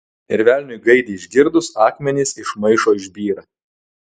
ir velniui gaidį išgirdus akmenys iš maišo išbyra